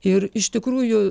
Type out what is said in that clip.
ir iš tikrųjų